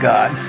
God